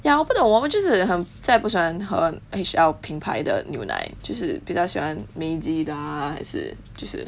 ya 不懂我们就是很再不喜欢喝 H_L 品牌的牛奶就是比较喜欢 Meiji 的 ah 还是就是